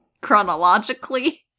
chronologically